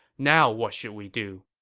now what should we do?